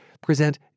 present